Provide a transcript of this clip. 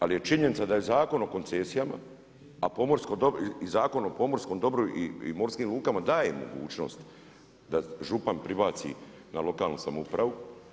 Ali je činjenica da je Zakon o koncesijama, a pomorsko dobro i Zakon o pomorskom dobru i morskim lukama daje mogućnost da župan pribaci na lokalnu samoupravu.